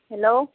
hello